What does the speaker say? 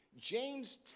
James